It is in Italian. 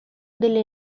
delle